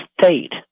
state